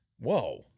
Whoa